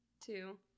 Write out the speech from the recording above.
two